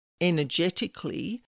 energetically